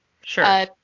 Sure